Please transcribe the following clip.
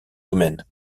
domaines